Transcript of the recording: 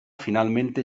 finalmente